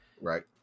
Right